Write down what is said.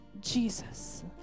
Jesus